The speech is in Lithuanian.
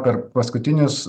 per paskutinius